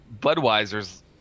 budweiser's